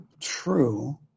true